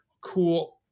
cool